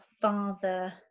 father